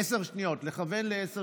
לכוון לעשר